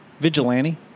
Vigilante